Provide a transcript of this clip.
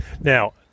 Now